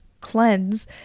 cleanse